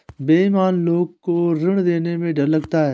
बेईमान लोग को ऋण देने में डर लगता है